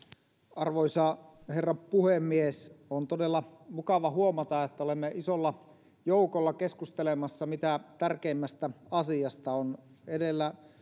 arvoisa herra puhemies on todella mukava huomata että olemme isolla joukolla keskustelemassa mitä tärkeimmästä asiasta on edellä